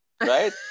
Right